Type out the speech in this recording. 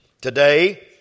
Today